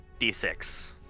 D6